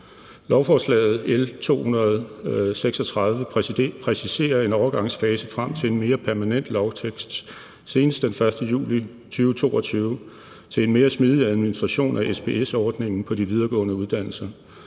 Lovforslaget L 236 præciserer en overgangsfase frem til en mere permanent lovtekst, der skal komme senest den 1. juli 2022, om en mere smidig administration af SPS-ordningen på de videregående uddannelser.